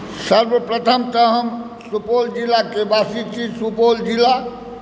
सर्वप्रथम तऽ हम सुपौल जिलाके वासी छी सुपौल जिला